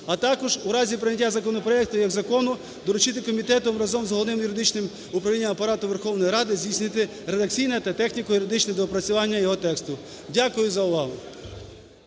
а також у разі прийняття законопроекту як закону доручити комітету разом з Головним юридичним управлінням Апарату Верховної Ради здійснити редакційне та техніко-юридичне доопрацювання його тексту. Дякую за увагу.